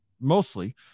mostly